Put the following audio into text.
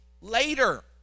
later